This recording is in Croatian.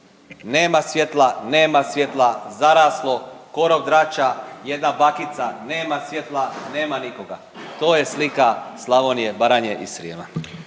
Nema svjetla, nema svjetla, zaraslo, korov, drača, jedna bakica, nema svjetla. Nema nikoga. To je slika Slavonije, Baranje i Srijema.